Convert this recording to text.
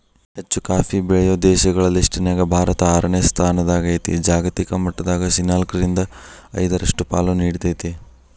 ಹೆಚ್ಚುಕಾಫಿ ಬೆಳೆಯೋ ದೇಶಗಳ ಲಿಸ್ಟನ್ಯಾಗ ಭಾರತ ಆರನೇ ಸ್ಥಾನದಾಗೇತಿ, ಜಾಗತಿಕ ಮಟ್ಟದಾಗ ಶೇನಾಲ್ಕ್ರಿಂದ ಐದರಷ್ಟು ಪಾಲು ನೇಡ್ತೇತಿ